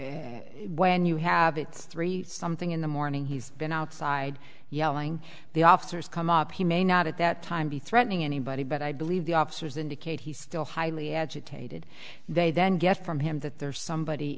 whether when you have it's three something in the morning he's been outside yelling the officers come up he may not at that time be threatening anybody but i believe the officers indicate he's still highly agitated they then get from him that there is somebody